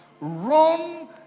run